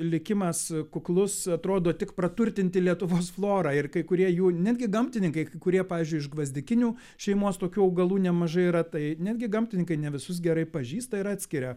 likimas kuklus atrodo tik praturtinti lietuvos florą ir kai kurie jų netgi gamtininkai kai kurie pavyzdžiui iš gvazdikinių šeimos tokių augalų nemažai yra tai netgi gamtininkai ne visus gerai pažįsta ir atskiria